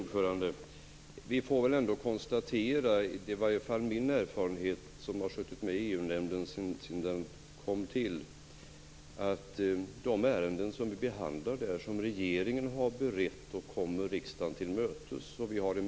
Herr talman! Det är min erfarenhet - jag har suttit med i EU-nämnden sedan den kom till - att vi till huvuddelen blir ganska eniga om de ärenden som regeringen har berett och som vi behandlar där.